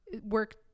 work